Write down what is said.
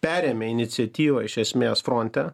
perėmė iniciatyvą iš esmės fronte